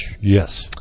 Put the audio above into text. Yes